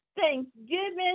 thanksgiving